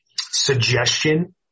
suggestion